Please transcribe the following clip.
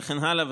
וכן הלאה,